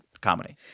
comedy